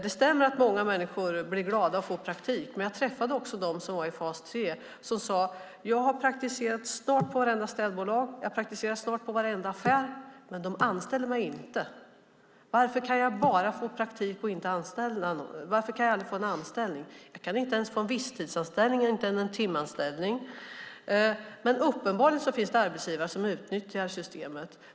Det stämmer att många människor blir glada över att få praktik, men jag har också träffat människor i fas 3 som sagt: Jag har snart praktiserat på vartenda städbolag och i varenda affär, men de anställer mig inte. Varför kan jag bara få praktik och aldrig någon anställning? Jag kan inte få visstidsanställning eller ens timanställning. Uppenbarligen finns det arbetsgivare som utnyttjar systemet.